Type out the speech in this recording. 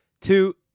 Two